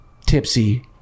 tipsy